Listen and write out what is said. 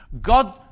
God